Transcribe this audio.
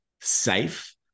safe